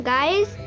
Guys